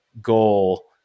goal